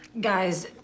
Guys